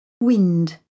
Wind